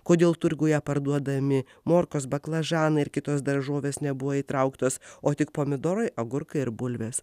kodėl turguje parduodami morkos baklažanai ir kitos daržovės nebuvo įtrauktos o tik pomidorai agurkai ir bulvės